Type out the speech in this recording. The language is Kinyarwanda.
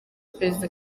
perezida